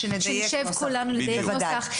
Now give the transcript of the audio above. שנשב כולנו ונדייק נוסח.